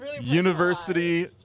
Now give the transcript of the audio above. University